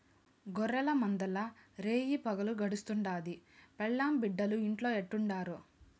గొర్రెల మందల్ల రేయిపగులు గడుస్తుండాది, పెండ్లాం బిడ్డలు ఇంట్లో ఎట్టుండారో